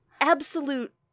absolute